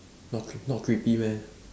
not creep~ not creepy meh